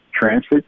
transit